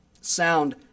sound